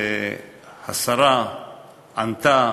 שהשרה ענתה